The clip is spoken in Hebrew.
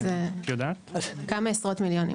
זה כמה עשרות מיליונים.